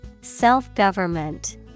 Self-government